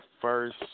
first